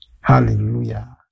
Hallelujah